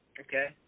okay